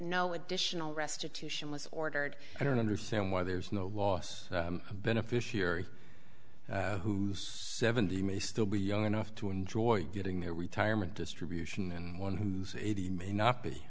no additional restitution was ordered i don't understand why there's no loss of beneficiary who's seventy may still be young enough to enjoy getting their retirement distribution and one who's eighty may not be